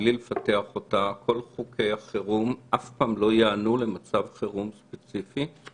בלי לפתח אותה כל חוקי החירום אף פעם לא יענו למצב חירום ספציפי.